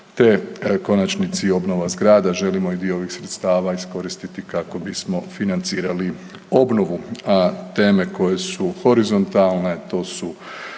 te u konačnici obnova zgrada. Želimo dio ovih sredstava iskoristiti kako bismo financirali obnovu. A teme koje su horizontalne to su